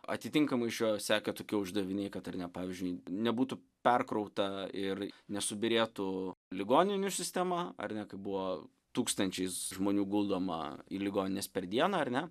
atitinkamai iš jo seka tokie uždaviniai kad ar ne pavyzdžiui nebūtų perkrauta ir nesubyrėtų ligoninių sistema ar ne kaip buvo tūkstančiais žmonių guldoma į ligonines per dieną ar ne